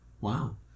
wow